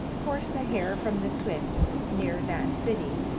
coursed a hare from the swift, near that city,